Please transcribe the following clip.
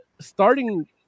starting